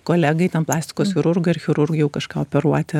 kolegai ten plastikos chirurgui ir chirurgui jau kažką operuoti